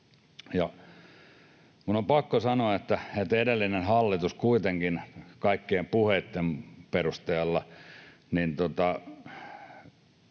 Minun on pakko sanoa, että edellinen hallitus kuitenkin kaikkien puheitten perusteella...